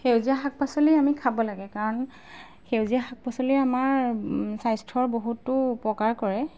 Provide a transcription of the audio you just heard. সেউজীয়া শাক পাচলি আমি খাব লাগে কাৰণ সেউজীয়া শাক পাচলি আমাৰ স্বাস্থ্যৰ বহুতো উপকাৰ কৰে